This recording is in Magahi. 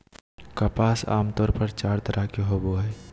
कपास आमतौर पर चार तरह के होवो हय